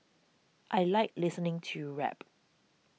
I like listening to rap